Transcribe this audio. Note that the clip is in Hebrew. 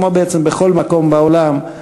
כמו בעצם בכל מקום בעולם,